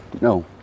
no